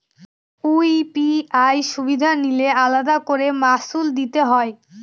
UPI সুবিধা নিলে আলাদা করে মাসুল দিতে হয়?